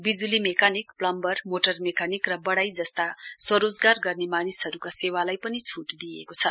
विजुली mechanic plumber motor mechanic र बढ़ाई जस्ता स्वरोजगार गर्ने मानिसहरूका सेवालाई पनि छूट दिइएको छ